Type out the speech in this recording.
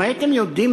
אם הייתם יודעים,